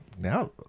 now